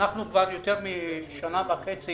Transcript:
אנחנו כבר יותר משנה וחצי